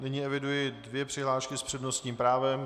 Nyní eviduji dvě přihlášky s přednostním právem.